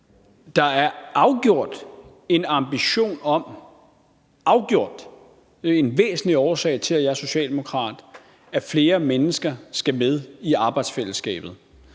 Der er afgjort en ambition om – det er en væsentlig årsag til, at jeg er socialdemokrat – at flere mennesker skal med i arbejdsfællesskabet.